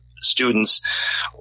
students